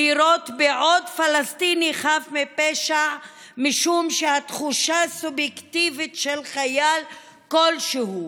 לירות בעוד פלסטיני חף מפשע משום שהתחושה הסובייקטיבית של חייל כלשהו